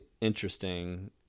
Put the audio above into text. interesting